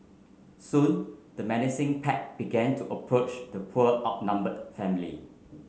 soon the menacing pack began to approach the poor outnumbered family